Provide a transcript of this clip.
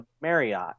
Marriott